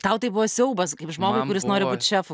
tau tai buvo siaubas kaip žmogui kuris nori būt šefu